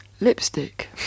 lipstick